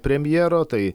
premjero tai